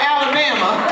Alabama